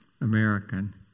American